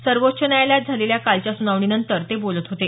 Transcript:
सर्वोच्च न्यायालयात झालेल्या कालच्या सुनावणीनंतर ते बोलत होते